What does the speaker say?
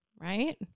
right